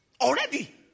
already